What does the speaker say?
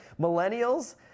Millennials